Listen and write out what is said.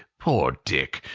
poor dick!